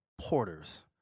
porters